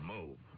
Move